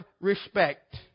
respect